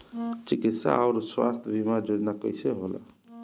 चिकित्सा आऊर स्वास्थ्य बीमा योजना कैसे होला?